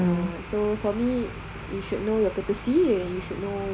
ah so for me you should know your courtesy and you should know [what]